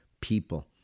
people